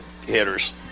hitters